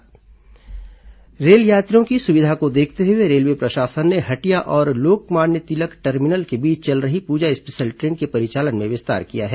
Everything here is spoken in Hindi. ट्रेन परिचालन रेल यात्रियों की सुविधा को देखते हुए रेलवे प्रशासन ने हटिया और लोकमान्य तिलक टर्मिनल के बीच चल रही पूजा स्पेशल ट्रेन के परिचालन में विस्तार किया है